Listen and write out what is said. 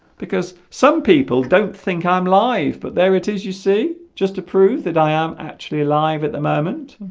because some people don't think i'm live but there it is you see just to prove that i am actually alive at the moment